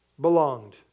belonged